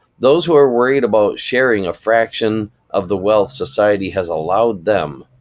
those who are worried about sharing a fraction of the wealth society has allowed them,